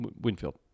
Winfield